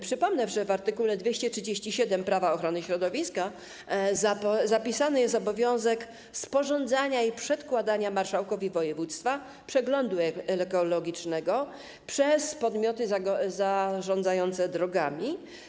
Przypomnę, że w art. 237 ustawy - Prawo ochrony środowiska zapisany jest obowiązek sporządzania i przedkładania marszałkowi województwa przeglądu ekologicznego przez podmioty zarządzające drogami.